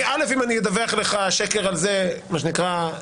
א', אם אני אדווח לך שקר על זה, מה שנקרא,